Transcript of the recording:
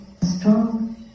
strong